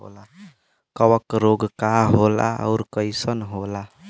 कवक रोग का होला अउर कईसन होला?